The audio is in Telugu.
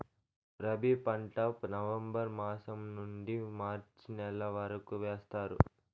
రబీ పంట నవంబర్ మాసం నుండీ మార్చి నెల వరకు వేస్తారు